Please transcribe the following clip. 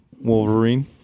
Wolverine